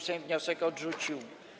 Sejm wniosek odrzucił.